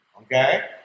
okay